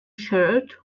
shirt